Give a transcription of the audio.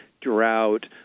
drought